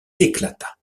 éclata